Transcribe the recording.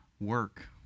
work